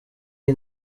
iyi